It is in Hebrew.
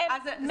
זה